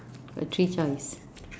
three choice